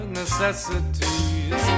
necessities